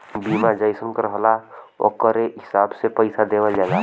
बीमा जइसन रहला ओकरे हिसाब से पइसा देवल जाला